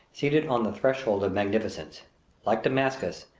seated on the threshold of magnificence like damascus,